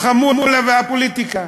החמולה והפוליטיקה,